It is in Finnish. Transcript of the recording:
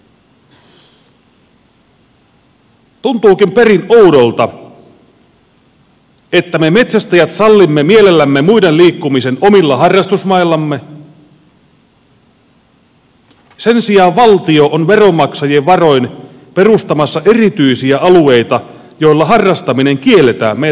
tuntuukin perin oudolta että me metsästäjät sallimme mielellämme muiden liikkumisen omilla harrastusmaillamme sen sijaan valtio on veronmaksajien varoin perustamassa erityisiä alueita joilla harrastaminen kielletään meiltä metsästäjiltä